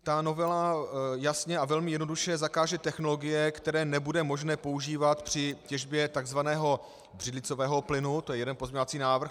Ta novela jasně a velmi jednoduše zakáže technologie, které nebude možné používat při těžbě takzvaného břidlicového plynu to je jeden pozměňovací návrh.